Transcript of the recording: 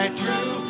true